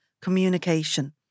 communication